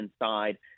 inside